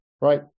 right